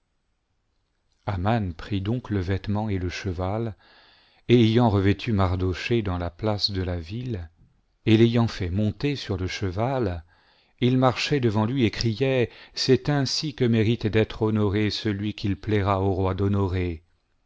prit donc le vêtement et le cheval et aj'ant revêtu mardochée dans la place de la ville et l'ayant fait monter sur le cheval il marchait devant lui et criait c'est ainsi que mérite d'être honoré celui qu'il plaira au roi d'honorer